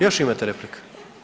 Još imate replike.